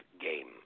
game